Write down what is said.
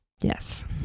Yes